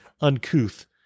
uncouth